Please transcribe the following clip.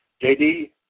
JD